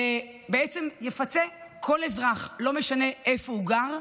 שבעצם יפצה כל אזרח, לא משנה איפה הוא גר,